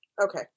Okay